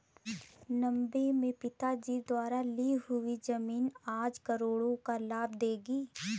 नब्बे में पिताजी द्वारा ली हुई जमीन आज करोड़ों का लाभ देगी